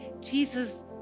Jesus